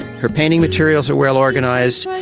her painting materials are well organised,